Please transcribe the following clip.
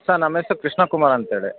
sir ನಮ್ಮ ಹೆಸರು ಕೃಷ್ಣಕುಮಾರ್ ಅಂತೇಳಿ